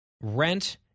Rent